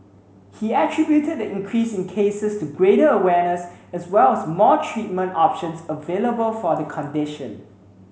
he attributed the increase in cases to greater awareness as well as more treatment options available for the condition